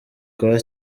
kwa